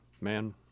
man